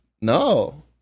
no